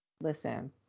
Listen